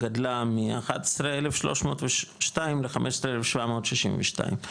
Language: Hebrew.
גדלה מ-11,302 ל- 15,762 ,